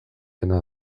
dena